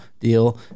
deal